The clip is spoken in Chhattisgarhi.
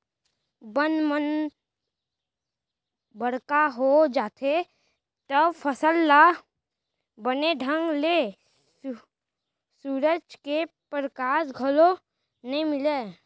बन मन बड़का हो जाथें तव फसल ल बने ढंग ले सुरूज के परकास घलौ नइ मिलय